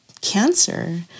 cancer